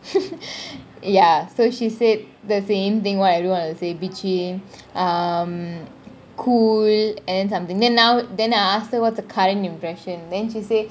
ya so she said the same thing what I don't want to say bitching um cool and then something then now then I ask her what the current impression then she say